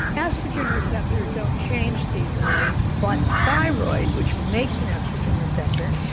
estrogen receptors don't change seasonally, but thyroid which makes an estrogen receptor.